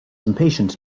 impatient